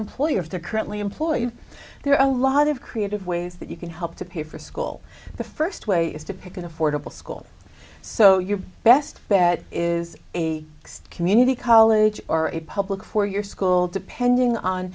they're currently employed there are a lot of creative ways that you can help to pay for school the first way is to pick an affordable school so your best bet is a community college or a public for your school depending on